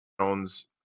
Jones